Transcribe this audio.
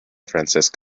francisco